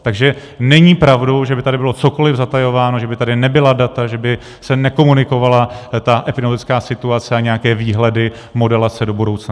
Takže není pravdou, že by tady bylo cokoli zatajováno, že by tady nebyla data, že by se nekomunikovala ta epidemiologická situace a nějaké výhledy, modelace do budoucna.